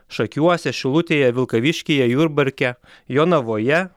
šakiuose šilutėje vilkaviškyje jurbarke jonavoje